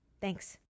Thanks